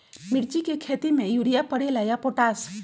मिर्ची के खेती में यूरिया परेला या पोटाश?